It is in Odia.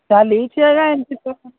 ଚାଲିଛି ଆଜ୍ଞା ଏମିତି ସବୁ